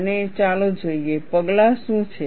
અને ચાલો જોઈએ પગલાં શું છે